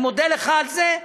אני מודה לך על זה,